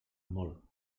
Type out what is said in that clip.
molt